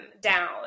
down